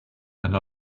and